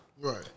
Right